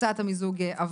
הצעת המיזוג עברה.